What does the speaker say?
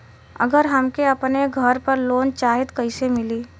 अगर हमके अपने घर पर लोंन चाहीत कईसे मिली?